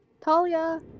Talia